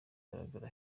kugaragara